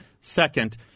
Second